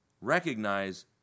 recognize